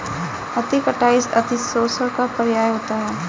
अति कटाई अतिशोषण का पर्याय होता है